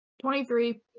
Twenty-three